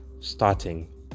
starting